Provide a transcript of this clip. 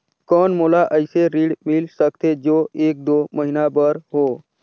कौन मोला अइसे ऋण मिल सकथे जो एक दो महीना बर हो?